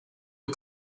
que